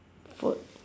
fort~